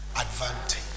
Advantage